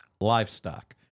livestock